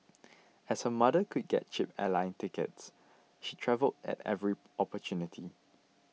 as her mother could get cheap airline tickets she travelled at every opportunity